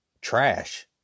trash